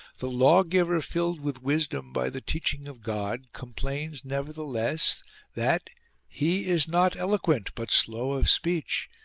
the lawgiver filled with wisdom by the teaching of god, complains neverthe less that he is not eloquent but slow of speech,